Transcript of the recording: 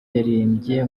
yaririmbye